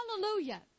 Hallelujah